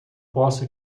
posso